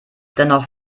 dennoch